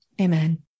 Amen